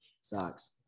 Sucks